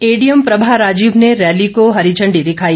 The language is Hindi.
एडीएम प्रभा राजीव ने रैली को हरी झंडी दिखाई